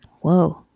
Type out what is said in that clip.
whoa